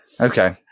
Okay